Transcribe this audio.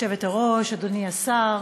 גברתי היושבת-ראש, אדוני השר,